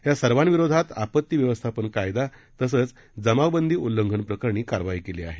या सर्वाविरोधात आपत्ती व्यवस्थापन कायदा तसंच जमावबंदी उल्लंघन प्रकरणी कारवाई केली आहे